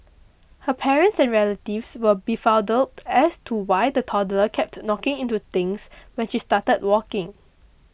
her parents and relatives were befuddled as to why the toddler kept knocking into things when she started walking